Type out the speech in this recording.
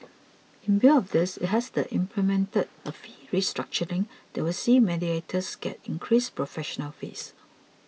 in view of this it has implemented a fee restructuring that will see mediators get increased professional fees